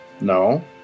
No